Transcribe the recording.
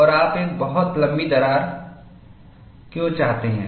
और आप एक बहुत लंबी दरार क्यों चाहते हैं